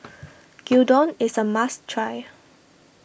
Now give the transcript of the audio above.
Gyudon is a must try